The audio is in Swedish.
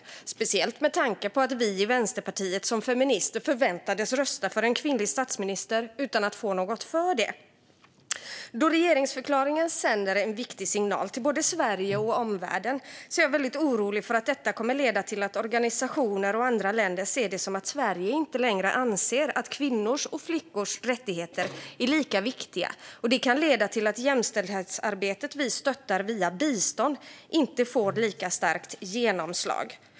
Det är speciellt med tanke på att vi i Vänsterpartiet som feminister förväntades rösta för en kvinnlig statsminister utan att få något för det. Då regeringsförklaringen sänder en viktig signal till både Sverige och omvärlden är jag väldigt orolig för att detta kommer att leda till att organisationer och andra länder ser det som att Sverige inte längre anser att kvinnors och flickors rättigheter är lika viktiga. Det kan leda till att jämställdhetsarbetet vi stöttar via bistånd inte får lika starkt genomslag.